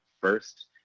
first